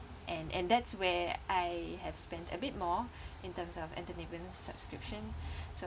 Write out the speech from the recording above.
and and that's where I have spent a bit more in terms of entertainment subscription so